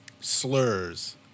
slurs